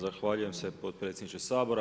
Zahvaljujem se, potpredsjedniče Sabora.